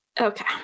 Okay